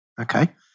Okay